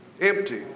Empty